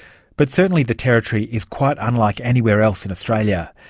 but certainly the territory is quite unlike anywhere else in australia.